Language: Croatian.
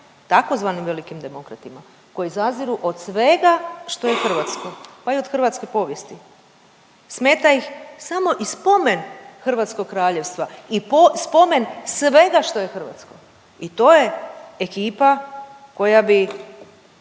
tzv. velikim demokratima koji zaziru od svega što je hrvatsko, pa i od hrvatske povijesti. Smeta ih i samo spomen Hrvatskog Kraljevstva i spomen svega što je hrvatsko i to je ekipa koja bi